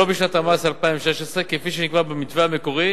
לא בשנת המס 2016, כפי שנקבע במתווה המקורי